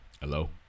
Hello